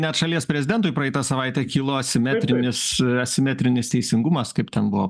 net šalies prezidentui praeitą savaitę kilo simetrinis asimetrinis teisingumas kaip ten buvo